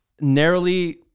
narrowly